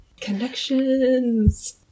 Connections